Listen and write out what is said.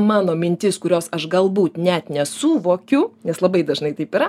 mano mintis kurios aš galbūt net nesuvokiu nes labai dažnai taip yra